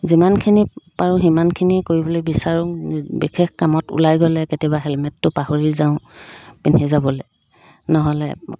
যিমানখিনি পাৰোঁ সিমানখিনি কৰিবলৈ বিচাৰোঁ বিশেষ কামত ওলাই গ'লে কেতিয়াবা হেলমেটটো পাহৰি যাওঁ পিন্ধি যাবলৈ নহ'লে